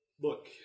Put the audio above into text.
look